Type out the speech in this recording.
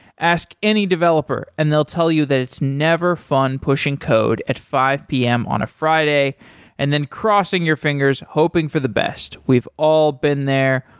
ask any developer and they'll tell you that it's never fun pushing code at five p m. on a friday and then crossing your fingers hoping for the best. we've all been there.